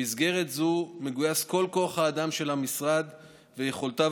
במסגרת זו מגויס כל כוח האדם של המשרד ויכולותיו